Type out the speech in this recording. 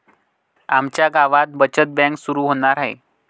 आमच्या गावात बचत बँक सुरू होणार आहे